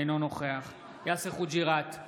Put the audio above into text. אינו נוכח יאסר חוג'יראת,